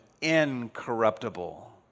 incorruptible